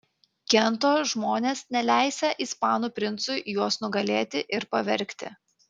kento žmonės neleisią ispanų princui juos nugalėti ir pavergti